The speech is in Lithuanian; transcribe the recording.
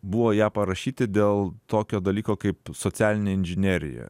buvo ją parašyti dėl tokio dalyko kaip socialinė inžinerija